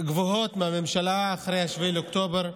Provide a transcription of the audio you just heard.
גבוהות מהממשלה אחרי 7 באוקטובר,